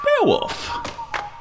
Beowulf